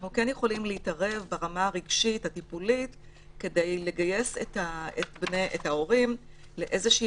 אנחנו כן יכולים להתערב ברמה הרגשית הטיפולית כדי לגייס את ההורים לאיזושהי